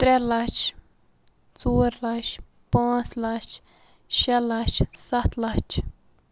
ترٛےٚ لَچھ ژور لَچھ پانٛژھ لَچھ شےٚ لَچھ سَتھ لَچھ